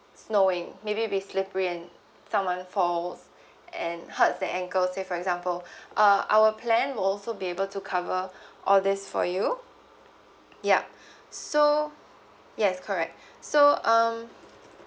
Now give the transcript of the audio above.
snowing maybe it'll be slippery and someone falls and hurt their ankle say for example uh our plan will also be able to cover all these for you yup so yes correct so um